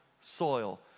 soil